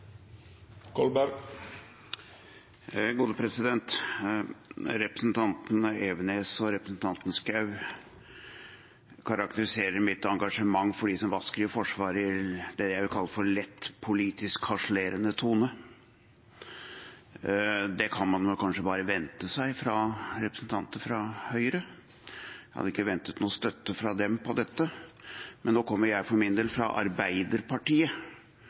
Representanten Elvenes og representanten Schou karakteriserer mitt engasjement for dem som vasker i Forsvaret, i det jeg vil kalle for en lett politisk harselerende tone. Det kan man vel kanskje bare vente seg fra representanter fra Høyre. Jeg hadde ikke ventet noen støtte fra dem på dette, men nå kommer jeg for min del fra Arbeiderpartiet